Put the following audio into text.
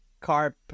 carp